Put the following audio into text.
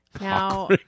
Now